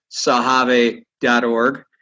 sahave.org